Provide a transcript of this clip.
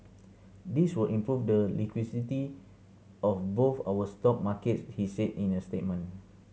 this will improve the of both our stock markets he said in a statement